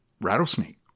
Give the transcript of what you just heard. rattlesnake